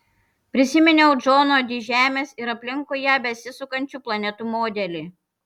prisiminiau džono di žemės ir aplinkui ją besisukančių planetų modelį